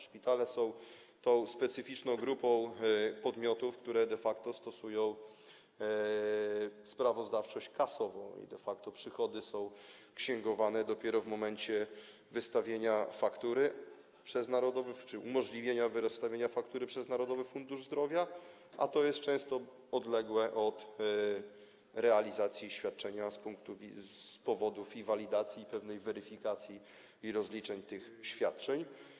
Szpitale są tą specyficzną grupą podmiotów, które stosują sprawozdawczość kasową, i de facto przychody są księgowane dopiero w momencie wystawienia faktury czy umożliwienia wystawienia faktury przez Narodowy Fundusz Zdrowia, a to jest często odległe od realizacji świadczenia z powodów i walidacji, i pewnej weryfikacji i rozliczeń tych świadczeń.